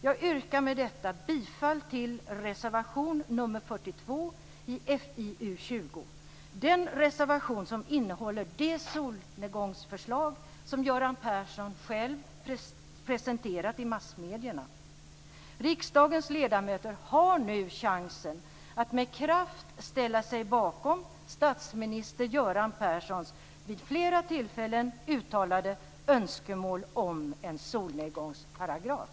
Jag yrkar bifall till reservation nr 42 i FiU:s betänkande nr 20, den reservation som innehåller det solnedgångsförslag som Göran Persson själv presenterat i massmedierna. Riksdagens ledamöter har nu chansen att med kraft ställa sig bakom statsminister Göran Perssons vid flera tillfällen uttalade önskemål om en solnedgångsparagraf.